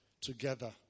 together